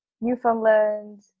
Newfoundland